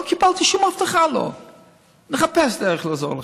לא קיבלתי שום הבטחה: נחפש דרך לעזור לך.